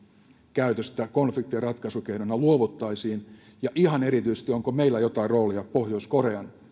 käytöstä konfliktien ratkaisukeinona luovuttaisiin ja ihan erityisesti onko meillä jotain roolia pohjois korean